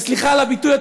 וסליחה על הביטוי,